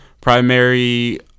primary